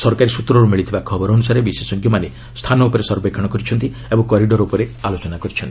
ସରକାରୀ ସ୍ତ୍ରରୁ ମିଳିଥିବା ଖବର ଅନୁସାରେ ବିଶେଷଜ୍ଞମାନେ ସ୍ଥାନ ଉପରେ ସର୍ବେକ୍ଷଣ କରିଛନ୍ତି ଓ କରିଡର୍ ଉପରେ ଆଲୋଚନା କରିଛନ୍ତି